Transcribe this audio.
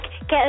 get